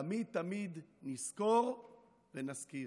תמיד, תמיד נזכור ונזכיר.